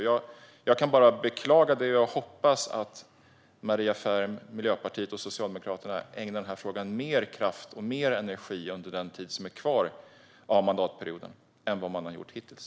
Jag kan bara beklaga det, och jag hoppas att Maria Ferm, Miljöpartiet och Socialdemokraterna ägnar den här frågan mer kraft och energi under den tid som är kvar av mandatperioden än vad man har gjort hittills.